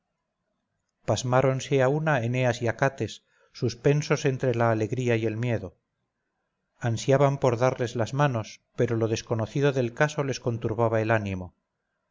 costas pasmáronse a una eneas y acates suspensos entre la alegría y el miedo ansiaban por darles las manos pero lo desconocido del caso les conturbaba el ánimo